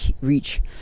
reach